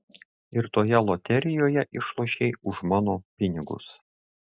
ir toje loterijoje išlošei už mano pinigus